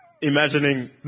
Imagining